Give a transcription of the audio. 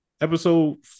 Episode